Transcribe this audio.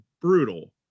brutal